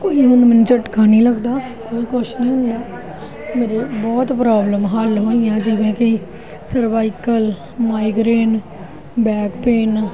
ਕੋੋਈ ਮੈਨੂੰ ਝਟਕਾ ਨਹੀਂ ਲੱਗਦਾ ਹੋਰ ਕੁਝ ਨਹੀਂ ਹੁੰਦਾ ਮੇਰੇ ਬਹੁਤ ਪ੍ਰੋਬਲਮ ਹੱਲ ਹੋਈਆਂ ਜਿਵੇਂ ਕਿ ਸਰਵਾਈਕਲ ਮਾਈਗਰੇਨ ਬੈਕ ਪੇਨ